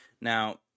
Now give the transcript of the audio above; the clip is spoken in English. Now